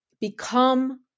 become